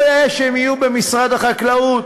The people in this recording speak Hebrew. לא יאה שהן יהיו במשרד החקלאות,